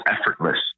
effortless